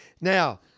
Now